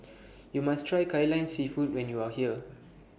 YOU must Try Kai Lan Seafood when YOU Are here